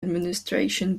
administration